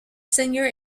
singer